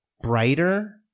brighter